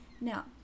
now